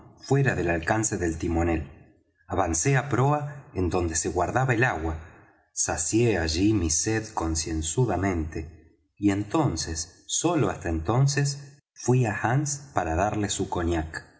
fuera del alcance del timonel avancé á proa en donde se guardaba el agua sacié allí mi sed concienzudamente y entonces y sólo hasta entonces fuí á hands para darle su cognac